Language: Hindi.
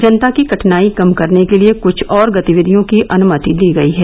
जनता की कठिनाई कम करने के लिए क्छ और गतिविधियों की अनुमति दी गई है